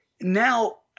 now